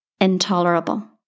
intolerable